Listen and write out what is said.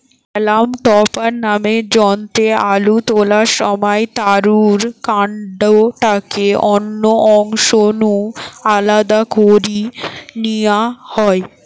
হেলাম টপার নামের যন্ত্রে আলু তোলার সময় তারুর কান্ডটাকে অন্য অংশ নু আলদা করি নিয়া হয়